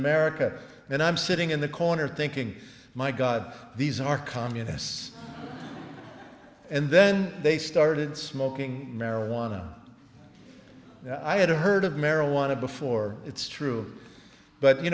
america and i'm sitting in the corner thinking my god these are communists and then they started smoking marijuana i had heard of marijuana before it's true but you